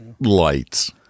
Lights